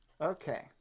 okay